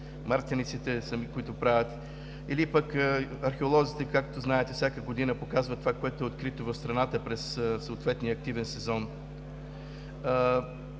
мартениците, които правят сами. Или пък археолозите, както знаете, всяка година показват това, което е открито в страната през съответния активен сезон.